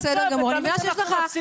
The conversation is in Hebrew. ותמיד אנחנו מפסידים.